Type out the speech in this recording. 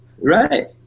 Right